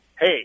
hey